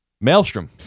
Maelstrom